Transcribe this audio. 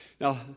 now